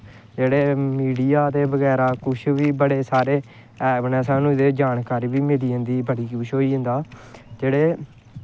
जेह्ड़े मिडिया ते कुछ बड़े सारे ऐप न सानूं जानकारी बी मिली जंदी बड़ा कुछ होई जंदा जेह्ड़े